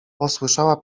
posłyszała